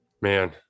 Man